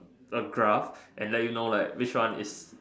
A graph and let you know like which one is